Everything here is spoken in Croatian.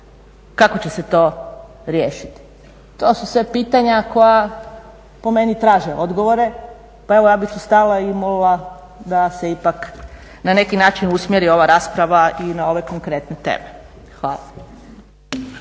kako će se to riješiti. To su sve pitanja koja po meni traže odgovore. Pa evo ja bih tu stala i molila da se ipak na neki način usmjeri ova rasprava i na ove konkretne teme. Hvala.